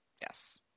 Yes